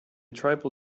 tribal